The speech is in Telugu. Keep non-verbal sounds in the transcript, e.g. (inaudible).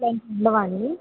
(unintelligible)